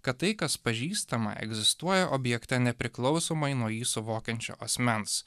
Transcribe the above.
kad tai kas pažįstama egzistuoja objekte nepriklausomai nuo jį suvokiančio asmens